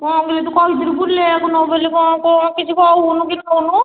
କ'ଣ ମୋତେ ତୁ କହିଥିଲୁ ବୁଲେଇବାକୁ ନେବୁ ବୋଲି କ'ଣ କ'ଣ କିଛି କହୁନୁ କି ନଉନୁ